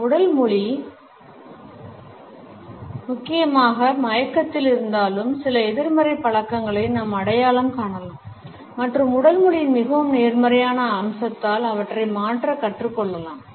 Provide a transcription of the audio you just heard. நம் உடல் மொழி முக்கியமாக மயக்கத்தில் இருந்தாலும் சில எதிர்மறை பழக்கங்களை நாம் அடையாளம் காணலாம் மற்றும் உடல் மொழியின் மிகவும் நேர்மறையான அம்சத்தால் அவற்றை மாற்ற கற்றுக்கொள்ளலாம்